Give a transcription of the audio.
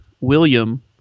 William